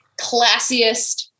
classiest